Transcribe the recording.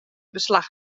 beslach